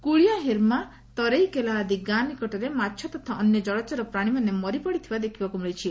କୁଳିଆହିର୍ମା ତରେଇକେଲା ଆଦି ଗାଁ ନିକଟରେ ମାଛ ତଥା ଅନ୍ୟ ଜଳଚର ପ୍ରାଶୀମାନେ ମରି ପଡିଥିବା ଦେଖିବାକ୍ ମିଳିଛି